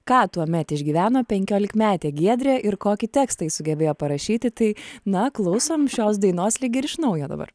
ką tuomet išgyveno penkiolikmetė giedrė ir kokį tekstą ji sugebėjo parašyti tai na klausom šios dainos lyg ir iš naujo dabar